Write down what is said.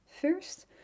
First